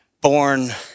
born